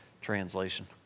Translation